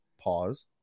pause